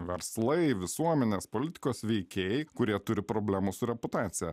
verslai visuomenės politikos veikėjai kurie turi problemų su reputacija